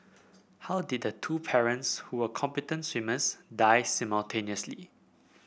how did the two parents who were competent swimmers die simultaneously